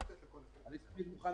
אני תמיד מוכן